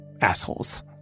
Assholes